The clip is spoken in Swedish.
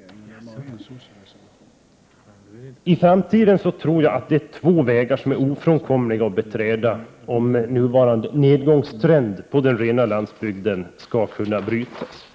Jag tror att det i framtiden är två vägar som det är ofrånkomligt att vi beträder, om den nuvarande nedgångstrenden på den rena landsbygden skall kunna brytas.